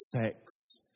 sex